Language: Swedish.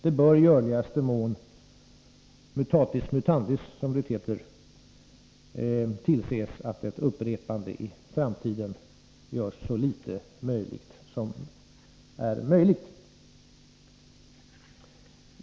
Det bör i görligaste mån — mutatis mutandis, som det heter — tillses att ett upprepande i framtiden görs praktiskt taget omöjligt.